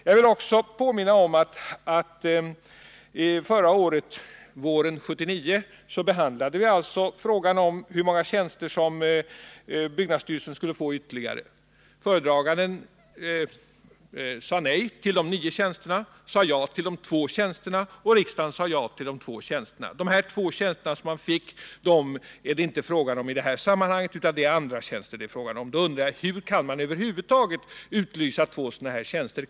Jag bill också påminna om att när frågan om hur många ytterligare tjänster byggnadsstyrelsen skulle få behandlades förra året, alltså våren 1979, så avstyrkte föredraganden den begäran om nio tjänster som förelåg och tillstyrkte två tjänster. Riksdagen sade också ja till dessa två tjänster. Men de två tjänster som byggnadsstyrelsen då fick är det inte fråga om i det här sammanhanget, utan det är andra tjänster det gäller. Då undrar jag: Har byggnadsstyrelsen över huvud taget rätt att utlysa dessa två tjänster?